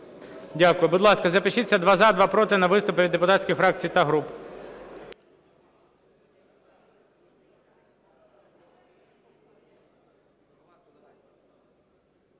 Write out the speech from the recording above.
Дякую. Будь ласка, запишіться: два – за, два – проти, на виступи від депутатських фракцій та груп.